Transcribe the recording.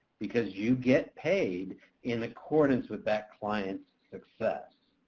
because you get paid in accordance with that client's success.